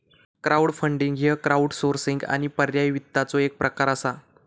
crowdfunding ह्य crowdsourcing आणि पर्यायी वित्ताचो एक प्रकार असा